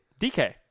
DK